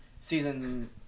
Season